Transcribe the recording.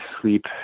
sleep